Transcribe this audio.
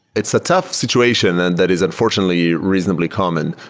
it's a tough situation, and that is unfortunately reasonably common.